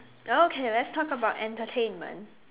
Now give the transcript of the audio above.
okay let's talk about entertainment